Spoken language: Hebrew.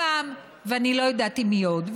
רמב"ם, ואני לא יודעת עם מי עוד.